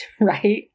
right